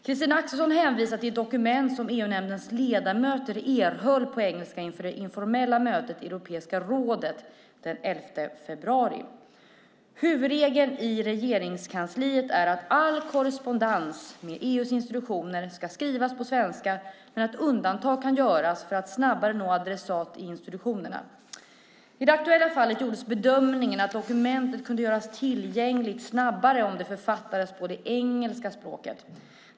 Christina Axelsson hänvisar till ett dokument som EU-nämndens ledamöter erhöll på engelska inför det informella mötet i Europeiska rådet den 11 februari. Huvudregeln i Regeringskansliet är att all korrespondens med EU:s institutioner ska skrivas på svenska men att undantag kan göras för att snabbare nå adressat i institutionerna. I det aktuella fallet gjordes bedömningen att dokumentet kunde göras tillgängligt snabbare om det författades på det engelska språket.